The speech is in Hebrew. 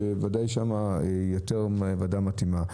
שוודאי שזאת ועדה יותר מתאימה.